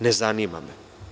Ne zanima me.